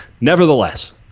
Nevertheless